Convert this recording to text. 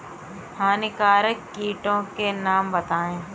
हानिकारक कीटों के नाम बताएँ?